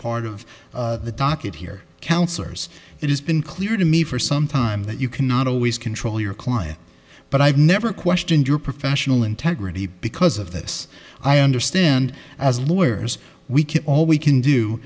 part of the docket here counselors it has been clear to me for some time that you cannot always control your client but i've never questioned your professional integrity because of this i understand as lawyers we can all we can do